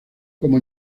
como